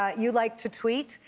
ah you like to tweet,